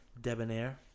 Debonair